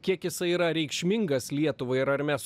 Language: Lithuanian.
kiek jisai yra reikšmingas lietuvai ir ar mes